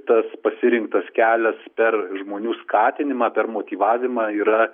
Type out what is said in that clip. tas pasirinktas kelias per žmonių skatinimą per motyvavimą yra